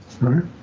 right